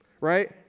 right